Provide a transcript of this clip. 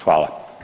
Hvala.